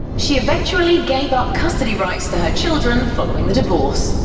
she eventually gave up custody rights to her children following the divorce.